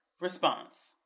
response